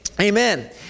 Amen